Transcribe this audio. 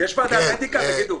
יש ועדת אתיקה, תגידו?